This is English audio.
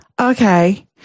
Okay